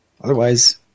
Otherwise